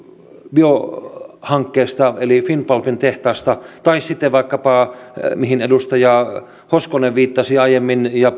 biohankkeesta eli finnpulpin tehtaasta tai sitten vaikkapa mihin edustaja hoskonen viittasi aiemmin ja